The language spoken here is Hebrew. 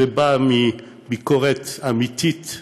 זה בא מביקורת אמיתית,